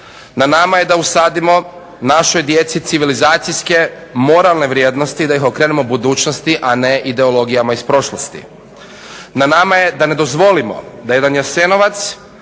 Na nama je da usadimo našoj djeci civilizacijske, moralne vrijednosti i da ih okrenemo budućnosti, a ne ideologijama iz prošlosti. Na nama je da ne dozvolimo da jedan Jasenovac,